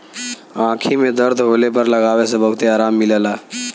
आंखी में दर्द होले पर लगावे से बहुते आराम मिलला